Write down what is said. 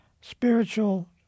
spiritual